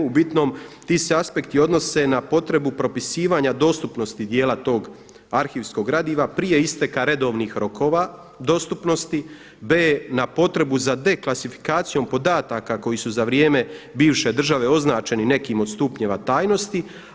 U bitnom ti se aspekti odnose na potrebu propisivanja dostupnosti dijela tog arhivskog gradiva prije isteka redovnih rokova dostupnosti. b) Na potrebu za deklasifikacijom podataka koji su za vrijem bivše države označenim nekim od stupnjeva tajnosti.